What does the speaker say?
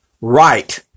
right